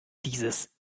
dieses